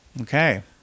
okay